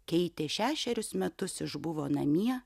keitė šešerius metus išbuvo namie